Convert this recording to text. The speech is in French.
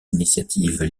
initiatives